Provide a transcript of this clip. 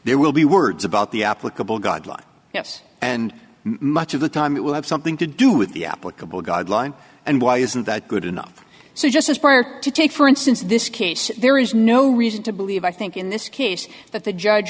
there will be words about the applicable god law yes and much of the time it will have something to do with the applicable guideline and why isn't that good enough so just as prayer to take for instance this case there is no reason to believe i think in this case that the judge